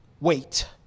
wait